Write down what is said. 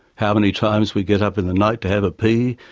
how many times we get up in the night to have a pee,